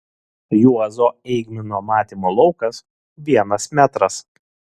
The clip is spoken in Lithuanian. juozo eigmino matymo laukas vienas metras